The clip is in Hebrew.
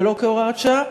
ולא כהוראת שעה,